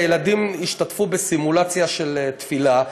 והילדים השתתפו בסימולציה של תפילה,